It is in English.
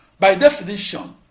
by definition,